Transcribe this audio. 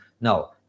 no